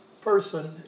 person